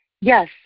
Yes